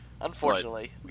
unfortunately